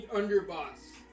underboss